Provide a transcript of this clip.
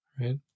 Right